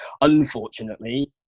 unfortunately